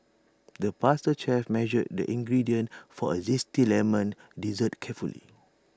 the pastry chef measured the ingredients for A Zesty Lemon Dessert carefully